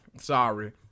sorry